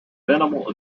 minimal